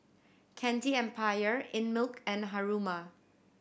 Candy Empire Einmilk and Haruma